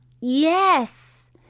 Yes